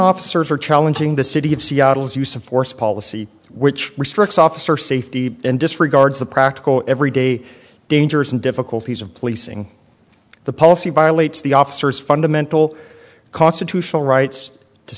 officers are challenging the city of seattle's use of force policy which restricts officer safety and disregards the practical every day dangers and difficulties of policing the policy violates the officers fundamental constitutional rights to